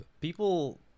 People